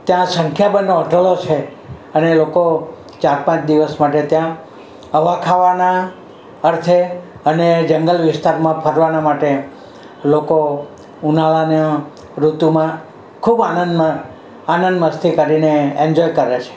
ત્યાં સંખ્યાબંધ હોટલો છે અને લોકો ચાર પાંચ દિવસ માટે ત્યાં હવા ખાવાના અર્થે અને જંગલ વિસ્તારમાં ફરવાના માટે લોકો ઉનાળા ની ઋતુમાં ખૂબ આનંદ મ આનંદ મસ્તી કરીને એન્જોય કરે છે